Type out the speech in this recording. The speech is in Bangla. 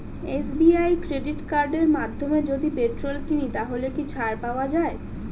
এস.বি.আই ক্রেডিট কার্ডের মাধ্যমে যদি পেট্রোল কিনি তাহলে কি ছাড় পাওয়া যায়?